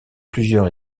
plusieurs